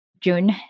June